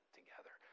together